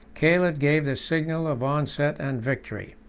caled gave the signal of onset and victory.